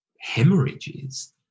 hemorrhages